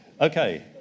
Okay